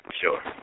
Sure